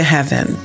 Heaven